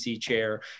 chair